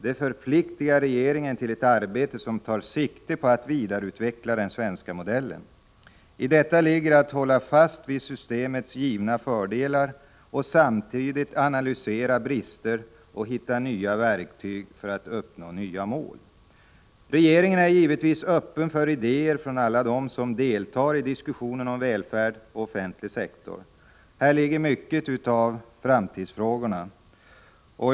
Det förpliktigar regeringen till ett arbete som tar sikte på att vidareutveckla den svenska modellen. I detta ligger att hålla fast vid systemets givna fördelar och samtidigt analysera brister och hitta nya verktyg för att uppnå nya mål. Regeringen är givetvis öppen för idéer från alla dem som deltar i diskussionen om välfärd och offentliga sektorn. Här ligger mycket av framtidsfrågorna.